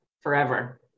forever